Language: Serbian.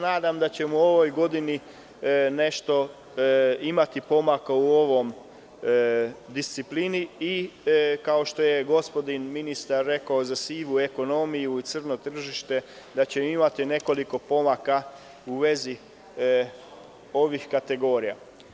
Nadam se da ćemo u ovoj godini imati pomaka u ovoj disciplini i, kao što je gospodin ministar rekao za sivu ekonomiju i crno tržište, da ćemo imati nekoliko pomaka u vezi ovih kategorija.